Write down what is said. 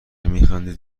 میخندید